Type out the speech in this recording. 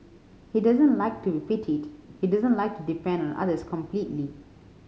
he doesn't like to pitied he doesn't like to depend on others completely